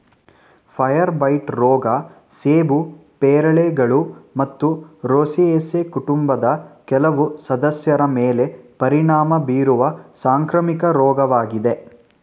fire blight ರೋಗ ಸೇಬು ಪೇರಳೆಗಳು ಮತ್ತು ರೋಸೇಸಿ ಕುಟುಂಬದ ಕೆಲವು ಸದಸ್ಯರ ಮೇಲೆ ಪರಿಣಾಮ ಬೀರುವ ಸಾಂಕ್ರಾಮಿಕ ರೋಗವಾಗಿದೆ